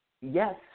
yes